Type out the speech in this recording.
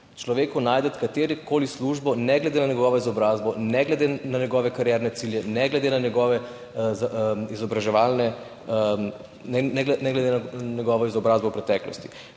človeku najti katerokoli službo, ne glede na njegovo izobrazbo, ne glede na njegove karierne cilje, ne glede na njegove izobraževalne, ne glede na njegovo izobrazbo v preteklosti.